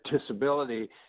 disability